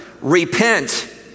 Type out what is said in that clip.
Repent